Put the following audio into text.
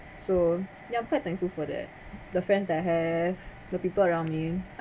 so ya I'm quite thankful for that the friends that I have the people around me